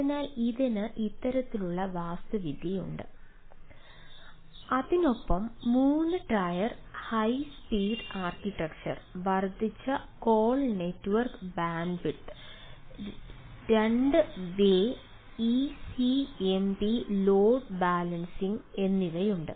അതിനാൽ ഇതിന് ഇത്തരത്തിലുള്ള വാസ്തുവിദ്യയുണ്ട്